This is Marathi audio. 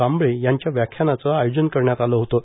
कांबळे यांच्या व्याख्यानाचं आयोजन करण्यात आलं होतं